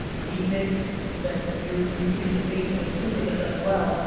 we think that you you could be the face of a sneaker that does well.